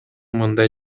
мындай